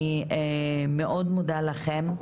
אני מאוד מודה לכם.